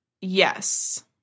yes